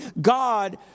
God